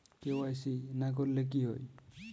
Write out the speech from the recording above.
KYC না করলে কি হয়?